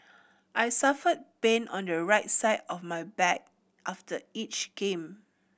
I suffer pain on your right side of my back after each game